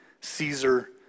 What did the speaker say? Caesar